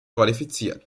qualifizieren